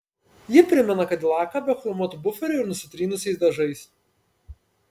ji primena kadilaką be chromuotų buferių ir nusitrynusiais dažais